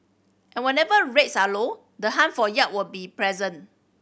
and whenever rates are low the hunt for yield will be present